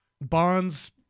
bonds